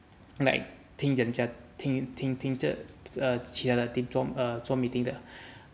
like 听人家听听听着其他的 team 做 err 做 meeting 的